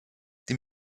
die